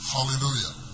Hallelujah